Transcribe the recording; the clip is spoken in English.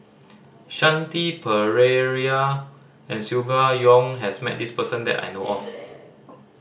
Shanti Pereira and Silvia Yong has met this person that I know of